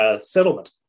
settlement